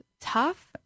tough